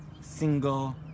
single